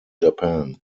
japan